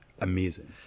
amazing